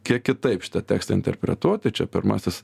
kiek kitaip šitą tekstą interpretuoti čia pirmasis